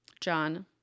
john